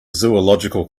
zoological